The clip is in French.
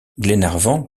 glenarvan